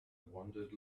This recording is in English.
wandered